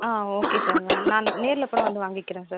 ஆ okay sir நான் நேரில் கூட வந்து வாங்கிக்கிறேன் சார்